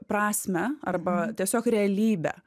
prasmę arba tiesiog realybę